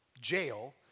jail